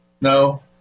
no